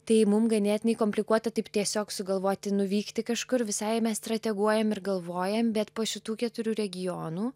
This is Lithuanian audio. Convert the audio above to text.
tai mum ganėtinai komplikuota taip tiesiog sugalvoti nuvykti kažkur visai mes strateguojam ir galvojam bet po šitų keturių regionų